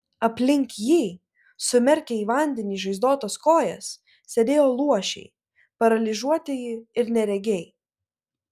aplink jį sumerkę į vandenį žaizdotas kojas sėdėjo luošiai paralyžiuotieji ir neregiai